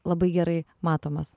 labai gerai matomas